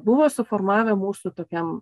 buvo suformavę mūsų tokiam